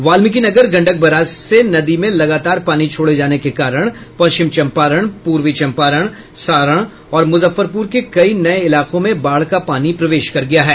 Valmikinagar Gandak barrage से नदी में लगातार पानी छोड़े जाने के कारण पश्चिम चंपारण पूर्वी चंपारण सारण और मुजफ्फरपुर के कई नये इलाकों में बाढ़ का पानी प्रवेश कर गया है